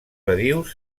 badius